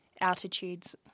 altitudes